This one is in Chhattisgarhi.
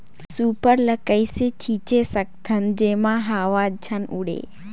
सुपर ल कइसे छीचे सकथन जेमा हवा मे झन उड़े?